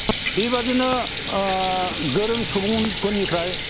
बेबादिनो गोरों सुबुंफोरनिफ्राय